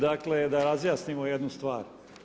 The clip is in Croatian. Dakle da razjasnimo jednu stvar.